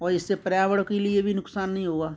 और इससे पर्यावरण के लिए भी नुकसान नहीं होगा